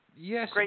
Yes